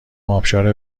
ابشار